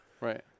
Right